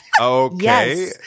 okay